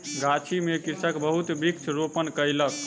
गाछी में कृषक बहुत वृक्ष रोपण कयलक